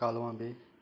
कालवा बी